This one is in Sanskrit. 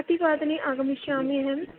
कति वादने आगमिष्यामि अहम्